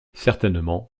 certainement